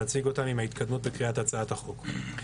ואנחנו נציג אותם עם ההתקדמות לקריאה בהצעת החוק.